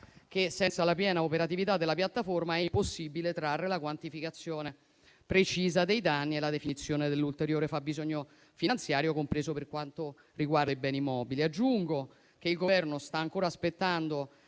che, senza la piena operatività della piattaforma, è impossibile trarre la quantificazione precisa dei danni e la definizione dell'ulteriore fabbisogno finanziario, compreso per quanto riguarda i beni mobili. Aggiungo che il Governo sta ancora aspettando